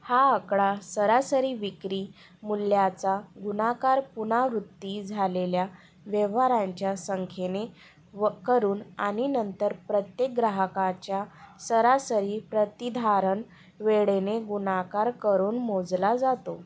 हा आकडा सरासरी विक्रीमूल्याचा गुणाकार पुनावृत्ती झालेल्या व्यवहारांच्या संख्येने व करून आणि नंतर प्रत्येक ग्राहकाच्या सरासरी प्रतिधारण वेळेने गुणाकार करून मोजला जातो